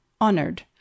honored